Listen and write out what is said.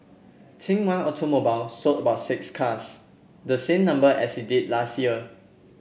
think One Automobile sold about six cars the same number as it did last year